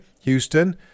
Houston